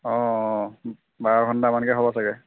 অঁ অঁ বাৰ ঘণ্টামানকৈ হ'ব চাগে